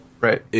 right